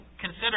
consider